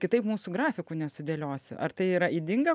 kitaip mūsų grafikų nesudėliosi ar tai yra ydinga